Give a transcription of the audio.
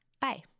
Bye